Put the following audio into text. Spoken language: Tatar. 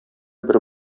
бер